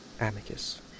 Amicus